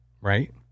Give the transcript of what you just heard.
Right